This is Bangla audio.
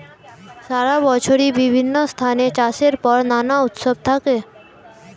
সারা বছরই বিভিন্ন স্থানে চাষের পর নানা উৎসব থাকে